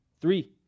Three